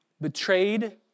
betrayed